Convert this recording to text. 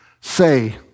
Say